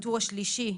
בטור השלישי,